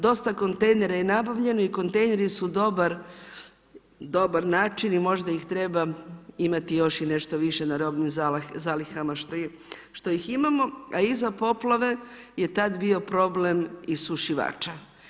Dosta kontejnera je nabavljeno i kontejneri su dobar način i možda ih treba imati još i nešto više na robnih zalihama što ih imamo, a iza poplave je tad bio problem isušivača.